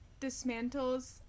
dismantles